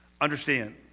Understand